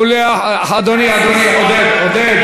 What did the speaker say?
אדוני, אדוני, עודד.